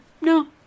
No